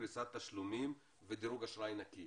פריסת תשלומים ודירוג אשראי נקי.